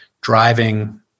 driving